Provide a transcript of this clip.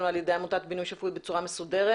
על ידי עמותת בנוי שפוי בצורה מסודרת.